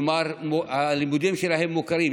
כלומר הלימודים שלהם מוכרים.